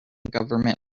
government